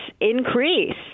increase